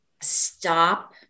stop